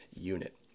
unit